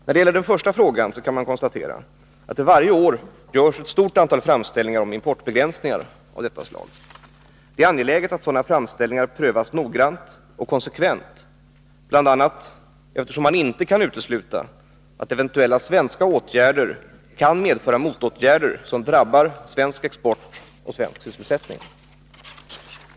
Beträffande den första frågan kan konstateras att det varje år görs ett stort antal framställningar om importbegränsningar av detta slag. Det är angeläget att sådana framställningar prövas noggrant och konsekvent, bl.a. eftersom man inte kan utesluta att eventuella svenska åtgärder kan medföra motåtgärder som drabbar svensk export och svensk sysselsättning.